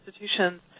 institutions